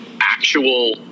actual